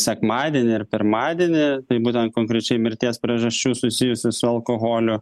sekmadienį ir pirmadienį tai būtent konkrečiai mirties priežasčių susijusių su alkoholiu